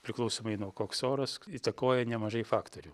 priklausomai nuo koks oras įtakoja nemažai faktorių